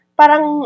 parang